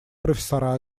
профессора